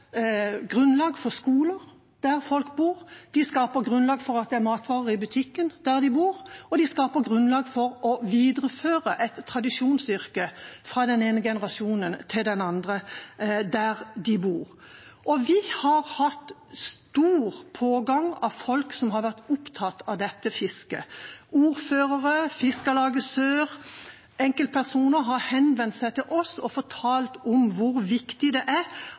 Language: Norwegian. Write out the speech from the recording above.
grunnlag for at det er matvarer i butikken der de bor, og de skaper grunnlag for å videreføre et tradisjonsyrke fra den ene generasjonen til den andre der de bor. Vi har hatt stor pågang av folk som har vært opptatt av dette fisket – ordførere, Fiskerlaget Sør og enkeltpersoner har henvendt seg til oss og fortalt om hvor viktig det er